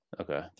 Okay